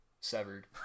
severed